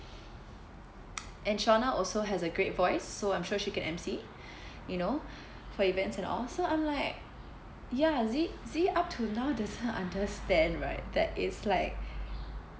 and shauna also has a great voice so I'm sure she can M_C you know for events and all so I'm like ya zee zee up till now doesn't understand right that it's like